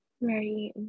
Right